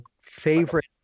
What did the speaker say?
favorite